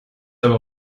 aber